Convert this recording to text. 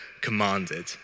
commanded